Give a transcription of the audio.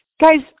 Guys